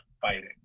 fighting